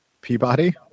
Peabody